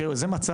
תראה, זה מצב,